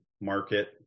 market